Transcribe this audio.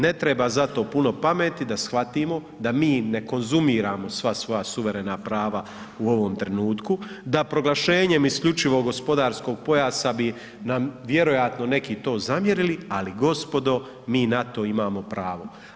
Ne treba za to puno pameti da shvatimo da mi ne konzumiramo sva svoja suverena prava u ovom trenutku, da proglašenje isključivog gospodarskog pojasa bi nam vjerojatno neki to i zamjerili, ali gospodo, mi na to imamo pravo.